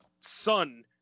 son